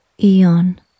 Eon